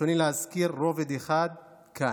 ברצוני להזכיר רובד אחד כאן,